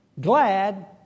glad